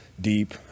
deep